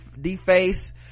deface